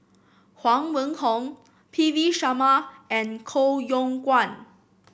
Huang Wenhong P V Sharma and Koh Yong Guan